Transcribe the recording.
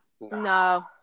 No